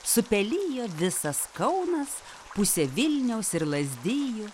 supelijo visas kaunas pusė vilniaus ir lazdijų